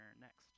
next